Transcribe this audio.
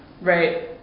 right